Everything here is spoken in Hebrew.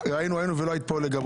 היית כאן לגבות.